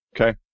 Okay